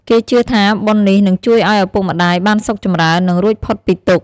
គេជឿថាបុណ្យនេះនឹងជួយឱ្យឪពុកម្តាយបានសុខចម្រើន និងរួចផុតពីទុក្ខ។